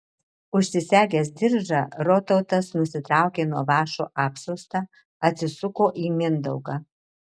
užsisegęs diržą rotautas nusitraukė nuo vąšo apsiaustą atsisuko į mindaugą